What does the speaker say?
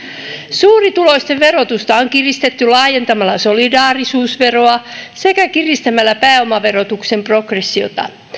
suurituloisten verotusta on kiristetty laajentamalla solidaarisuusveroa sekä kiristämällä pääomaverotuksen progressiota